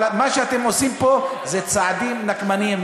אבל מה שאתם עושים פה זה צעדים נקמניים.